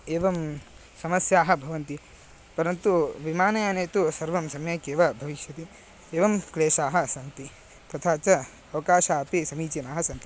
एवं समस्याः भवन्ति परन्तु विमानयाने तु सर्वं सम्यक् एव भविष्यति एवं क्लेशाः सन्ति तथा च अवकाशाः अपि समीचीनाः सन्ति